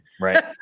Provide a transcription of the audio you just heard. Right